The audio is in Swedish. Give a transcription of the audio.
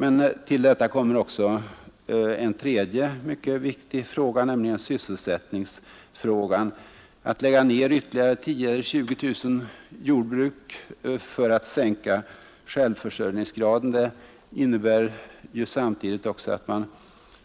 Men till detta kommer också en tredje mycket viktig fråga, nämligen sysselsättningsfrågan. Att lägga ned ytterligare 10 000 eller 20 000 jordbruk för att sänka självförsörjningsgraden innebär ju att man samtidigt